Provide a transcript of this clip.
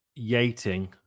Yating